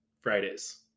Friday's